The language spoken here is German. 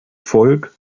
volk